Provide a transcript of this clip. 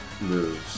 moves